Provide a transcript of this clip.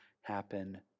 happen